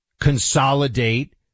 consolidate